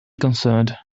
concerned